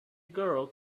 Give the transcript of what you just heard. girl